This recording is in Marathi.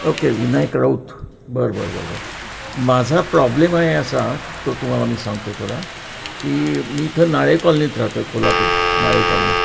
ओके विनायक राऊत बरं बरं बरं बरं माझा प्रॉब्लेम आहे असा तो तुम्हाला मी सांगतो थोडा की मी इथं नाळे कॉलनीत राहतो आहे कोल्हापूर नाळे कॉलनी